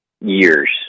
years